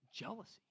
Jealousy